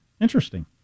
Interesting